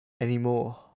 anymore